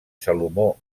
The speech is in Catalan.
salomó